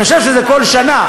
אני חושב שזה כל שנה,